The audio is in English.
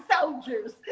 soldiers